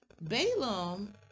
Balaam